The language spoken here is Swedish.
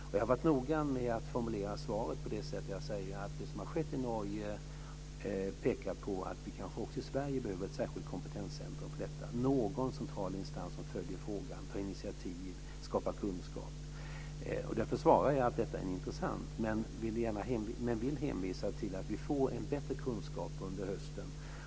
Och jag har varit noga med att formulera svaret på det sättet att jag säger att det som har skett i Norge pekar på att vi kanske också i Sverige behöver ett särskilt kompetenscentrum för detta, någon central instans som följer frågan, tar initiativ och skapar kunskap. Därför svarar jag att detta är intressant, men jag vill hänvisa till att vi får en bättre kunskap under hösten.